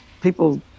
People